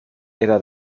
era